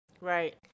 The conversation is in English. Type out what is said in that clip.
Right